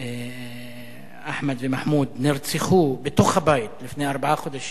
אחמד ומחמוד, נרצחו בתוך הבית, לפני ארבעה חודשים,